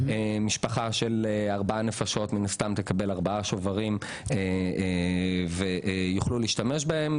משפחה של 4 נפשות מן הסתם תקבל 4 שוברים והם יוכלו להשתמש בהם.